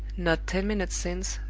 not ten minutes since,